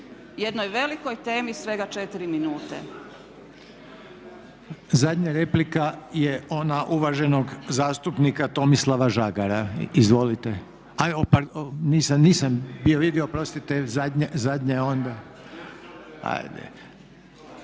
jednoj velikoj temi svega 4 minute.